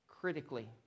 critically